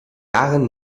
jahren